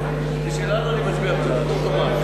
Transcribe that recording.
הצעת הוועדה המסדרת לבחור את חבר הכנסת